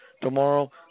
Tomorrow